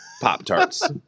Pop-Tarts